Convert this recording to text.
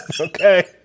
Okay